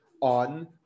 on